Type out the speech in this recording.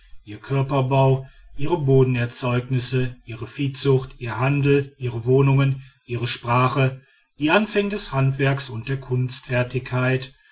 ihr körperbau ihre bodenerzeugnisse ihre viehzucht ihr handel ihre wohnung ihre sprachen die anfänge des handwerks und der